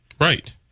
Right